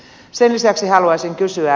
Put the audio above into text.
sen lisäksi haluaisin kysyä